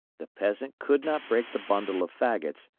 the peasant could not break the bundle of fagots,